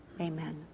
amen